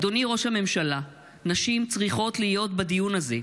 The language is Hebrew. אדוני ראש הממשלה, נשים צריכות להיות בדיון הזה.